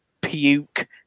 Puke